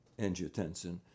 angiotensin